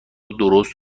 درست